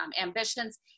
ambitions